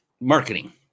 marketing